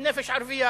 הם נפש ערבי,